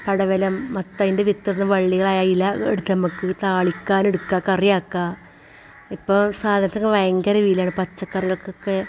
പടവലം മത്തന്റെ വിത്തിടുന്ന വള്ളികളായില എടുത്ത് നമുക്ക് താളിക്കാൻ എടുക്കാം കറിയാക്കാം ഇപ്പോൾ സാധനത്തിനു ഭയങ്കര വിലയാണ് പച്ചക്കറികൾകൊക്കെ